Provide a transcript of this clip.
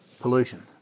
Pollution